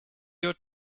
your